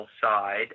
side